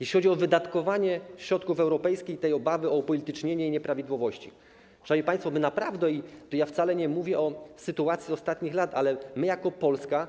Jeśli chodzi o wydatkowanie środków europejskich, o obawy o upolitycznienie nieprawidłowości, szanowni państwo, naprawdę - i wcale nie mówię o sytuacji ostatnich lat - my jako Polska